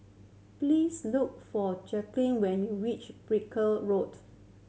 please look for Jacqulyn when you reach Brooke Road